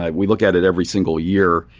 ah we look at it every single year.